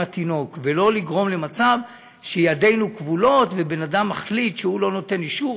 התינוק ולא לגרום למצב שידינו כבולות ובן אדם מחליט שהוא לא נותן אישור,